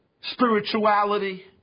spirituality